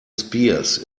spears